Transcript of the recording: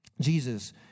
Jesus